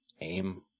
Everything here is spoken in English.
aim